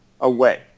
away